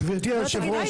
גברתי יושבת הראש,